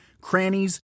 crannies